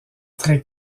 très